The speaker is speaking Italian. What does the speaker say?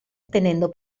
tenendo